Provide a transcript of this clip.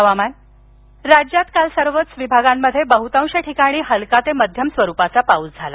हवामान महाराष्ट्रात काल सर्वच विभागांमध्ये बहुतांश ठिकाणी हलका ते मध्यम स्वरुपाचा पाऊस झाला